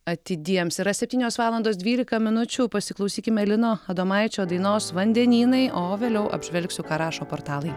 atidiems yra septynios valandos dvylika minučių pasiklausykime lino adomaičio dainos vandenynai o vėliau apžvelgsiu ką rašo portalai